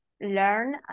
learn